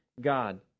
God